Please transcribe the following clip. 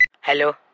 Hello